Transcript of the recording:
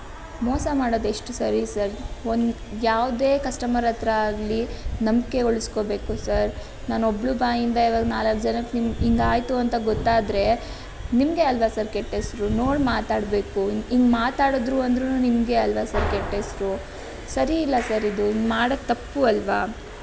ಮೋಸ ಮಾಡೋದು ಎಷ್ಟು ಸರಿ ಸರ್ ಒಂದು ಯಾವುದೇ ಕಸ್ಟಮರ್ ಹತ್ತಿರ ಆಗಲಿ ನಂಬಿಕೆ ಉಳ್ಸ್ಕೋಬೇಕು ಸರ್ ನನ್ನೊಬ್ಬಳ ಬಾಯಿಂದ ಈವಾಗ ನಾಲ್ಕು ಜನಕ್ಕೆ ಹೀಗೆ ಹೀಗಾಯ್ತು ಅಂತ ಗೊತ್ತಾದರೆ ನಿಮಗೇ ಅಲ್ವಾ ಸರ್ ಕೆಟ್ಟ ಹೆಸರು ನೋಡಿ ಮಾತಾಡಬೇಕು ಹೀಗೆ ಮಾತಾಡಿದರು ಅಂದರೂ ನಿಮಗೇ ಅಲ್ವಾ ಸರ್ ಕೆಟ್ಟ ಹೆಸರು ಸರಿ ಇಲ್ಲ ಸರ್ ಇದು ಹೀಗೆ ಮಾಡೋದು ತಪ್ಪು ಅಲ್ವಾ